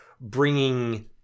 bringing